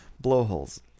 Blowholes